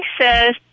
says